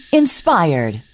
inspired